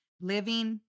living